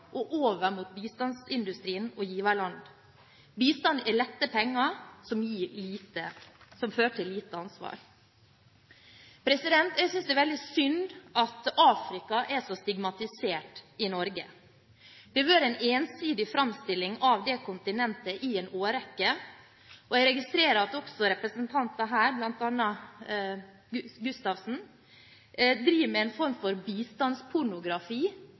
og over mot bistandsindustrien og giverlandene. Bistand er lette penger, som fører til lite ansvar. Jeg synes det er veldig synd at Afrika er så stigmatisert i Norge. Det har vært en ensidig framstilling av dette kontinentet i en årrekke, og jeg registrerer at også representanter her, bl.a. representanten Gustavsen, driver med en form for bistandspornografi,